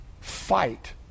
fight